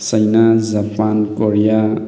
China Japan Korea